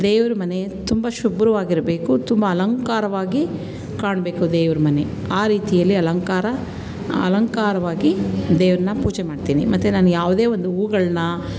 ದೇವರು ಮನೆ ತುಂಬ ಶುಭ್ರವಾಗಿರ್ಬೇಕು ತುಂಬ ಅಲಂಕಾರವಾಗಿ ಕಾಣಬೇಕು ದೇವ್ರ ಮನೆ ಆ ರೀತಿಯಲ್ಲಿ ಅಲಂಕಾರ ಅಲಂಕಾರವಾಗಿ ದೇವ್ರನ್ನ ಪೂಜೆ ಮಾಡ್ತೀನಿ ಮತ್ತು ನಾನು ಯಾವುದೇ ಒಂದು ಹೂಗಳನ್ನ